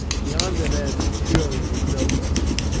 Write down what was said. yonder, then, surely was no ghost.